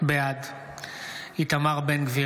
בעד איתמר בן גביר,